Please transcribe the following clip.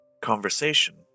conversation